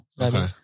Okay